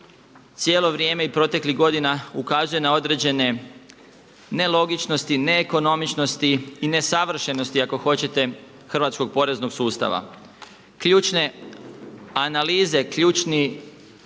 cijelo vrijeme i proteklih godina ukazuje na određene nelogičnosti, neekonomičnosti i nesavršenosti ako hoćete hrvatskog poreznog sustava. Ključne analize, ključne